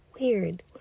Weird